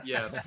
Yes